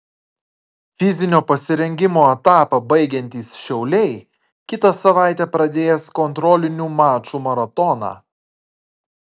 fizinio pasirengimo etapą baigiantys šiauliai kitą savaitę pradės kontrolinių mačų maratoną